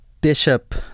bishop